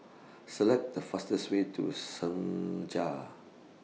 Select The fastest Way to Senja